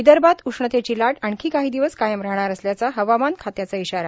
विदर्भात उष्णतेची लाट आणखी काही दिवस कायम राहणार असल्याचा हवामान खात्याचा इशारा